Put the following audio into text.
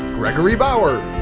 gregory bowers,